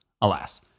alas